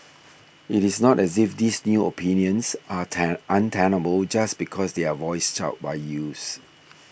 it is not as if these new opinions are ten untenable just because they are voiced out by youths